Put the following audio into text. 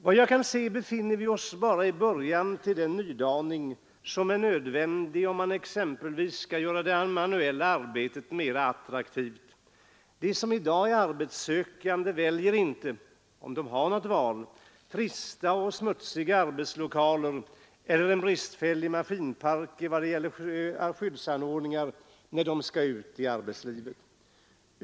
Vad jag kan se befinner vi oss bara i början av den nydaning som är nödvändig, om man skall göra det manuella arbetet mera attraktivt. De som i dag söker arbete väljer inte, om de har något val, trista och smutsiga arbetslokaler eller en bristfällig maskinpark i vad gäller skyddsanordningar, när de skall ut i arbetslivet.